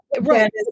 Right